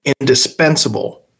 indispensable